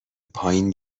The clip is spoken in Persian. پایین